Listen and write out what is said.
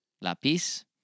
Lapis